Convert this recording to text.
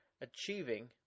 achieving